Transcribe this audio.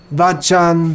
vachan